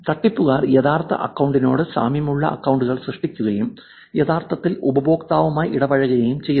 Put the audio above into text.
തട്ടിപ്പുകാർ യഥാർത്ഥ അക്കൌണ്ടിനോട് സാമ്യമുള്ള അക്കൌണ്ടുകൾ സൃഷ്ടിക്കുകയും യഥാർത്ഥത്തിൽ ഉപഭോക്താവുമായി ഇടപഴകുകയും ചെയ്യുന്നു